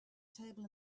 table